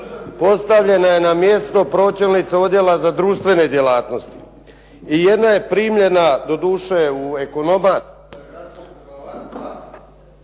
Postavljena je na mjesto pročelnice Odjela za društvene djelatnosti. I jedna je primjena doduše u ekonomat